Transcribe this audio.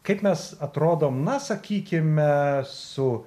kaip mes atrodom na sakykime su